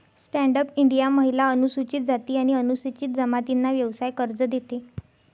stand up India महिला, अनुसूचित जाती आणि अनुसूचित जमातींना व्यवसाय कर्ज देते